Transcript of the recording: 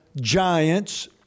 giants